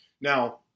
Now